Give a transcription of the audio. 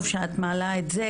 טוב שאת מעלה את זה,